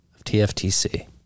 TFTC